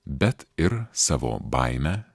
bet ir savo baimę